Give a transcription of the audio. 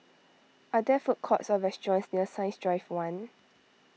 are there food courts or restaurants near Science Drive one